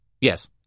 yes